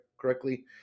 correctly